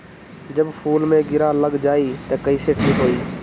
जब फूल मे किरा लग जाई त कइसे ठिक होई?